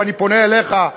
ואני פונה אליכם,